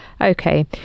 Okay